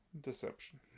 deception